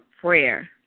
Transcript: prayer